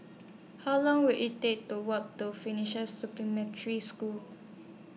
How Long Will IT Take to Walk to Finnish Supplementary School